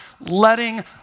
letting